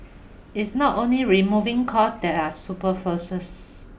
it's not only removing costs that are super forces